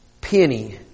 penny